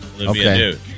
Okay